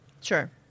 Sure